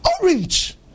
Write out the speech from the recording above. orange